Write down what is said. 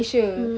hmm